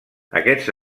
aquests